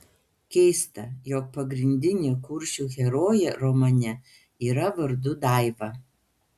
keista jog pagrindinė kuršių herojė romane yra vardu daiva